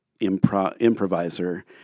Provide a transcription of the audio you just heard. improviser